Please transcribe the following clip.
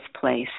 place